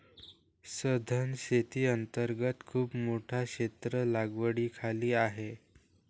सधन शेती अंतर्गत खूप मोठे क्षेत्र लागवडीखाली आहे